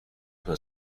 per